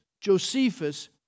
Josephus